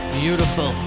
beautiful